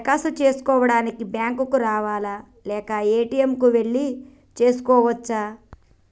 దరఖాస్తు చేసుకోవడానికి బ్యాంక్ కు రావాలా లేక ఏ.టి.ఎమ్ కు వెళ్లి చేసుకోవచ్చా?